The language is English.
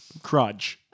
crudge